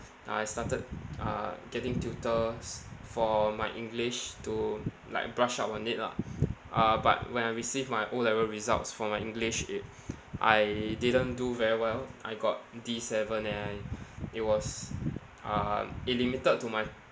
I started uh getting tutors for my english to like brush up on it lah uh but when I received my O level results for my english it I didn't do very well I got D seven and I it was um it limited to my